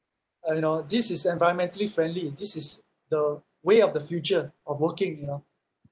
uh you know this is environmentally friendly this is the way of the future of working you know